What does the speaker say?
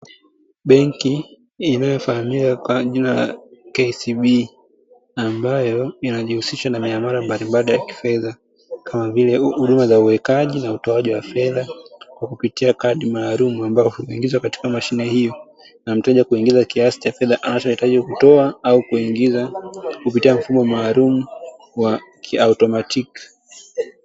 Benki inayofahamikwa kwa jina la "KCB" ambayo inajihusisha na miamala mbalimbali ya kifedha, kama vile huduma za uwekaji na utoaji wa fedha kwa kupitia kadi maalumu ambapo huingizwa katika mashine hiyo na mteja kuingiza kiasi cha fedha anachohitaji kutoa au kuingiza; kupitia mfumo maalumu wa kiautomatiki.